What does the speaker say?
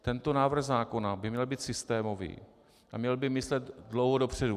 Tento návrh zákona by měl být systémový a měl by myslet dlouho dopředu.